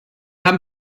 haben